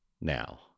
now